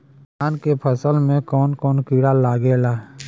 धान के फसल मे कवन कवन कीड़ा लागेला?